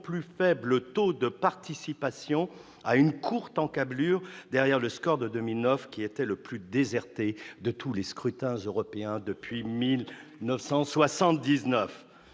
plus faible taux de participation, à une courte encablure derrière le score du scrutin de 2009 qui était le plus déserté de tous les scrutins européens depuis 1979.